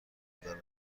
دارد